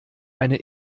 eine